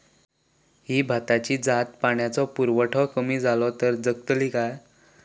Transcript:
ही भाताची जात पाण्याचो पुरवठो कमी जलो तर जगतली काय?